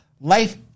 life